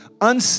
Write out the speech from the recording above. un